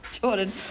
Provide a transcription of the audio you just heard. Jordan